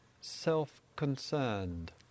self-concerned